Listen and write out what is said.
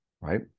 right